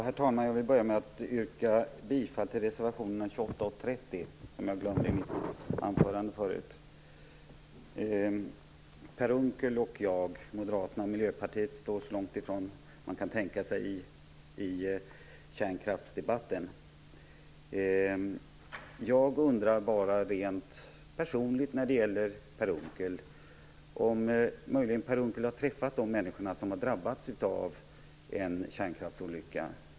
Herr talman! Jag vill börja med att yrka bifall till reservationerna 28 och 30, vilket jag glömde att göra i mitt huvudanförande. Per Unckel och jag, Moderaterna och Miljöpartiet står så långt ifrån varandra som man kan tänka sig i kärnkraftsdebatten. Jag undrar bara rent personligt när det gäller Per Unckel om han har träffat de människor som har drabbats ordentligt av en kärnkraftsolycka.